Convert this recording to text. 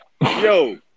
Yo